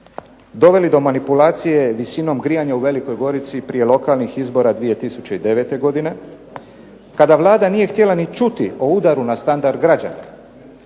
doveli do manipulacije visinom grijanja u Velikoj Gorici prije lokalnih izbora 2009. kada Vlada nije htjela niti čuti o udaru na standard građana.